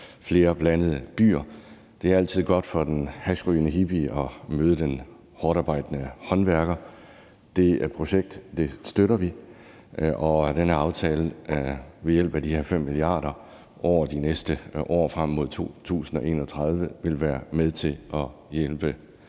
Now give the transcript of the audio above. flere blandede byer. Det er altid godt for den hashrygende hippie at møde den hårdtarbejdende håndværker. Det projekt støtter vi, og denne aftale ved hjælp af de her 5 mia. kr. over de næste år frem mod 2031 vil være med til at hjælpe